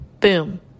Boom